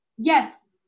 Yes